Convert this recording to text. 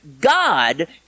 God